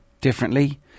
differently